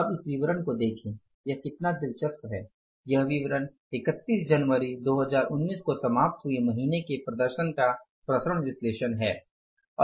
अब इस विवरण को देखें यह कितना दिलचस्प है यह विवरण 31 जनवरी 2019 को समाप्त हुए महीने के प्रदर्शन का विचरण विश्लेषण है